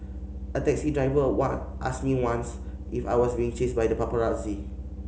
a taxi driver one asked me once if I was being chased by the paparazzi